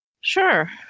sure